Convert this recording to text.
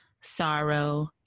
sorrow